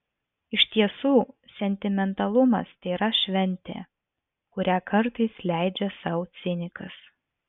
iš tiesų sentimentalumas tėra šventė kurią kartais leidžia sau cinikas